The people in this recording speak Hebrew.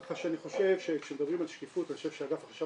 כך שאני חושב שכשמדברים על שקיפות הדוח של החשב